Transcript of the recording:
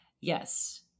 Yes